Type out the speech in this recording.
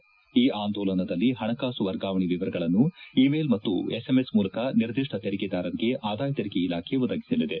E ಅಂದೋಲನದಲ್ಲಿ ಹಣಕಾಸು ವರ್ಗಾವಣೆ ವರಗಳನ್ನು ಇ ಮೇಲ್ ಮತ್ತು ಎಸ್ಎಂಎಸ್ ಮೂಲಕ ನಿರ್ದಿಷ್ಷ ತೆರಿಗೆದಾರರಿಗೆ ಆದಾಯ ತೆರಿಗೆ ಇಲಾಖೆ ಒದಗಿಸಲಿದೆ